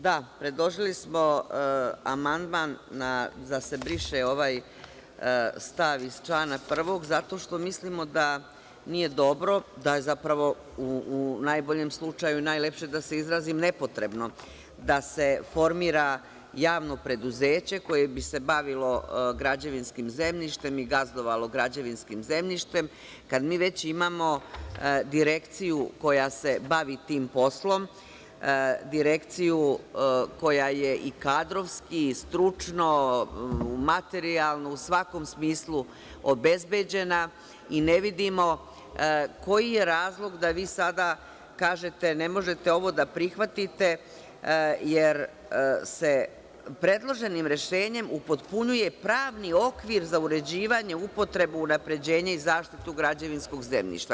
Da, predložili smo amandman da se briše ovaj stav iz člana 1. zato što mislimo da nije dobro, da je zapravo, najlepše da se izrazim, nepotrebno da se formira javno preduzeće koje bi se bavilo građevinskim zemljištem i gazdovalo građevinskim zemljištem, kada mi već imamo direkciju koja se bavi tim poslom, direkciju koja je i kadrovski, stručno, materijalno i u svakom smislu obezbeđena i ne vidimo koji je razlog da vi sada kažete – ne možete ovo da prihvatite jer se predloženim rešenjem upotpunjuje pravni okvir za uređivanje, upotrebu, unapređenje i zaštitu građevinskog zemljišta.